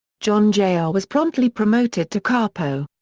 john jr. ah was promptly promoted to capo.